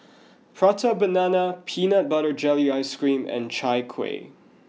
Prata banana peanut butter jelly ice cream and Chai Kueh